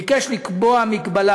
ביקש לקבוע מגבלה,